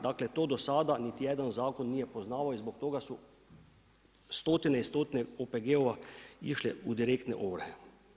Dakle, to do sada, niti jedan zakon nije poznavao i zbog toga su stotine i stotine OPG-ova išli u direktne ovrhe.